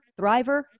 thriver